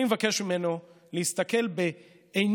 אני מבקש ממנו להסתכל בעיניו